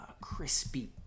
crispy